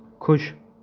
ਖੁਸ਼